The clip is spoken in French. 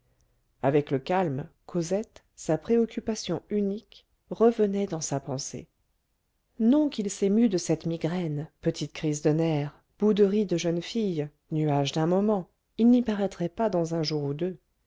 avec le calme cosette sa préoccupation unique revenait dans sa pensée non qu'il s'émût de cette migraine petite crise de nerfs bouderie de jeune fille nuage d'un moment il n'y paraîtrait pas dans un jour ou deux